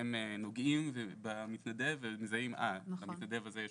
הם נוגעים במתנדב ומזהים למתנדב הזה יש